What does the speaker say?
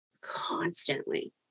constantly